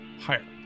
higher